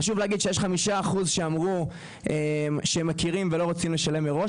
חשוב להגיד שיש 5% שאמרו שהם מכירים ולא רוצים לשלם מראש,